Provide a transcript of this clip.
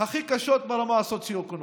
הכי קשים ברמה הסוציו-אקונומית.